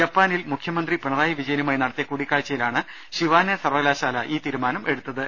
ജപ്പാനിൽ മുഖ്യമന്ത്രി പിണറായി വിജയനുമായി നടത്തിയ കൂടി ക്കാഴ്ച്ചയിലാണ് ഷിമാനെ സർവ്വകലാശാല ഈ തീരുമാനം എടുത്ത ത്